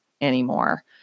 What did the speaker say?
anymore